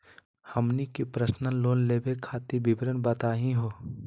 हमनी के personal loan लेवे खातीर विवरण बताही हो?